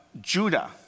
Judah